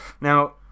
now